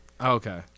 okay